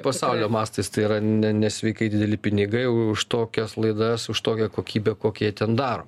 pasaulio mastais tai yra ne nesveikai dideli pinigai už tokias laidas už tokią kokybę kokią jie ten daro